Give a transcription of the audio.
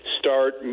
start